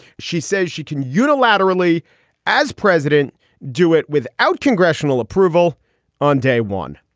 she says she can unilaterally as president do it without congressional approval on day one.